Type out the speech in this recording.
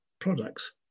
products